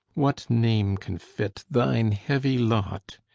what name can fit thine heavy lot?